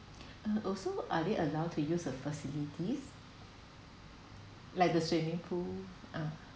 uh also are they allowed to use the facilities like the swimming pool ah